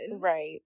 Right